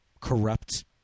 corrupt